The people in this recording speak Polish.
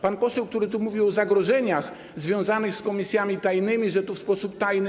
Pan poseł, który mówił o zagrożeniach związanych z komisjami tajnymi, że tu w sposób tajny.